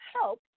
help